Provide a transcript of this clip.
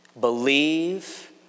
Believe